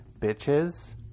bitches